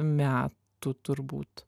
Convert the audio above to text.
metų turbūt